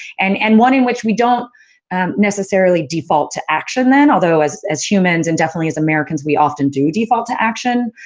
and and, one in which we don't necessarily default to action, then, although as as humans and definitely as americans, we often do default to action,